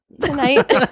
Tonight